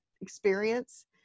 experience